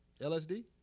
LSD